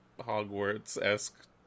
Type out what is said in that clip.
Hogwarts-esque